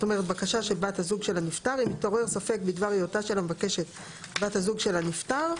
אם מתעורר ספק בדבר היותה של המבקשת בת הזוג של הנפטר,